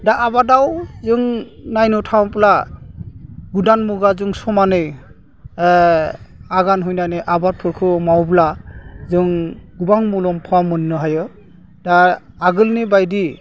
दा आबादाव जों नायनो थाङोब्ला गुदान मुगाजों समानै आगान हैनानै आबादफोरखौ मावब्ला जों गोबां मुलाम्फा मोन्नो हायो दा आगोलनि बायदि